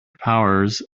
powers